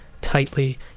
Tightly